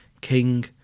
king